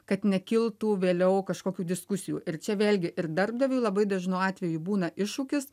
kad nekiltų vėliau kažkokių diskusijų ir čia vėlgi ir darbdaviui labai dažnu atveju būna iššūkis